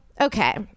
okay